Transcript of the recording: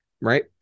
right